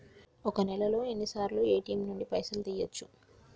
ఒక్క నెలలో ఎన్నిసార్లు ఏ.టి.ఎమ్ నుండి పైసలు తీయచ్చు?